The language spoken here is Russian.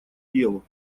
делу